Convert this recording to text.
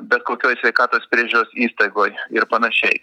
bet kokioj sveikatos priežiūros įstaigoj ir panašiai